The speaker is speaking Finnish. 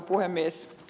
mäkelälle